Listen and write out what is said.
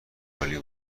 عالی